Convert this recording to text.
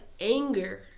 anger